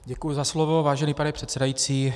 Děkuji za slovo, vážený pane předsedající.